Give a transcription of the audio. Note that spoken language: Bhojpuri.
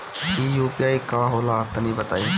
इ यू.पी.आई का होला तनि बताईं?